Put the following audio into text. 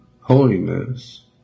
holiness